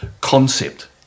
concept